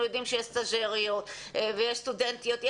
אנחנו יודעים שיש סטאז'ריות ויש סטודנטיות.